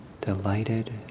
delighted